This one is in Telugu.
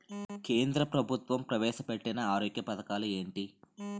కేంద్ర ప్రభుత్వం ప్రవేశ పెట్టిన ఆరోగ్య పథకాలు ఎంటి?